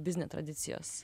biznio tradicijos